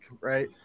right